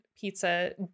pizza